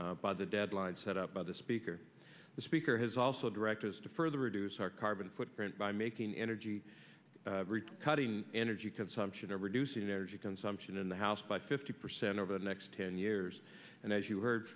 by the deadline set up by the speaker the speaker has also directors to further reduce our carbon footprint by making energy cutting energy consumption reducing energy consumption in the house by fifty percent over the next ten years and as you heard